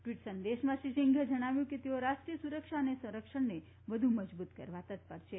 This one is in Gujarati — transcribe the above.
ટવીટ સંદેશમાં શ્રી સિંઘે જણાવ્યું કે તેઓ રાષ્ટ્રીય સુરક્ષા અને સંરક્ષણને વધુ મજબૂત કરવા તત્પર છે